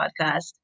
podcast